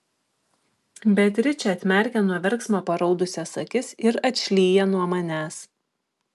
beatričė atmerkia nuo verksmo paraudusias akis ir atšlyja nuo manęs